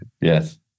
Yes